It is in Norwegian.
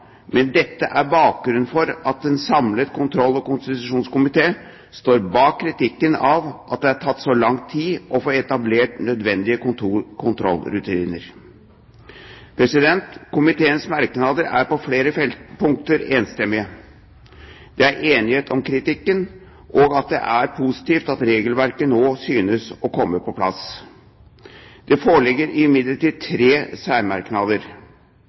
men dette er bakgrunnen for at en samlet kontroll- og konstitusjonskomité står bak kritikken av at det har tatt så lang tid å få etablert nødvendige kontrollrutiner. Komiteens merknader er på flere punkter enstemmige. Det er enighet om kritikken og om at det er positivt at regelverket nå synes å komme på plass. Det foreligger imidlertid tre særmerknader.